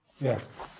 Yes